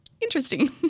interesting